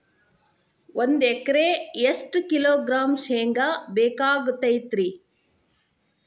ಒಂದು ಎಕರೆಗೆ ಎಷ್ಟು ಕಿಲೋಗ್ರಾಂ ಶೇಂಗಾ ಬೇಕಾಗತೈತ್ರಿ?